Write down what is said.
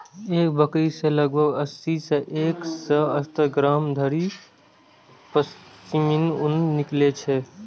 एक बकरी सं लगभग अस्सी सं एक सय सत्तर ग्राम धरि पश्मीना ऊन निकलै छै